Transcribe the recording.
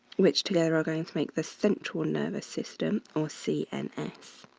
which together are going to make the central nervous system or cns.